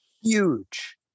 Huge